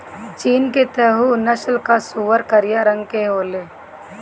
चीन के तैहु नस्ल कअ सूअर करिया रंग के होले